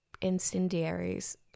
incendiaries